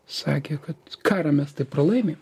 sakė kad karą mes tai pralaimim